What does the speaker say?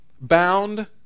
bound